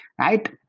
right